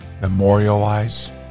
memorialize